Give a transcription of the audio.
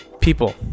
people